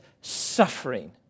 suffering